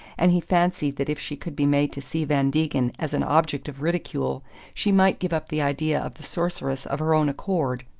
and he fancied that if she could be made to see van degen as an object of ridicule she might give up the idea of the sorceress of her own accord.